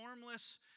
formless